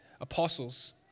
apostles